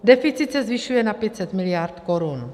Deficit se zvyšuje na 500 miliard korun.